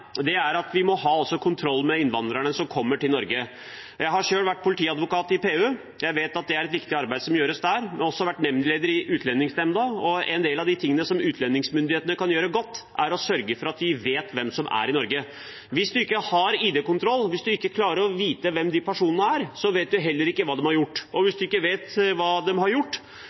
at vi også må ha kontroll med innvandrerne som kommer til Norge. Jeg har selv vært politiadvokat i PU, jeg vet at det er et viktig arbeid som gjøres der. Jeg har også vært nemndleder i Utlendingsnemnda, og en del av de tingene som utlendingsmyndighetene kan gjøre godt, er å sørge for at vi vet hvem som er i Norge. Hvis man ikke har ID-kontroll, hvis man ikke klarer å vite hvem personer er, vet man heller ikke hva de har gjort. Og hvis man ikke vet hva de har gjort,